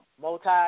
multi